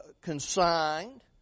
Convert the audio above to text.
consigned